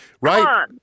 Right